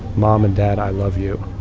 um um and dad, i love you.